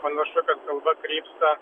panašu kad galva krypsta